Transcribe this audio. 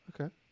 okay